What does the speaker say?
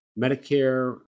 Medicare